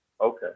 Okay